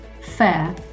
fair